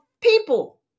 people